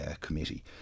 committee